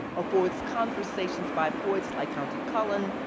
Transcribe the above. affords conversations by poets like countee cullen,